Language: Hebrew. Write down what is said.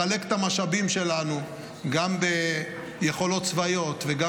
לחלק את המשאבים שלנו גם ביכולות צבאיות וגם